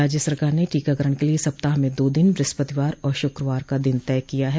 राज्य सरकार ने टीकाकरण के लिये सप्ताह में दो दिन ब्रहस्पतिवार और शक्रवार का दिन तय किया है